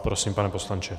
Prosím, pane poslanče.